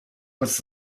was